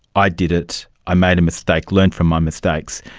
i did it, i made a mistake, learnt from my mistakes',